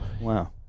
Wow